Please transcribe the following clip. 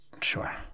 Sure